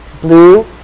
Blue